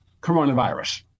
coronavirus